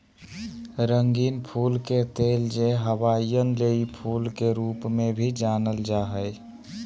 रंगीन फूल के तेल, जे हवाईयन लेई फूल के रूप में भी जानल जा हइ